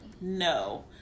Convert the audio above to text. no